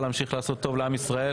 להמשיך לעשות טוב לעם ישראל.